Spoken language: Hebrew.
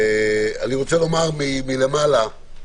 אני רוצה לומר מלמעלה.